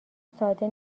ساده